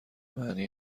معنی